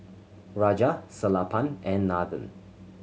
Raja Sellapan and Nathan